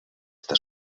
esta